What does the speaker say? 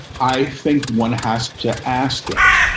i think one has to ask it,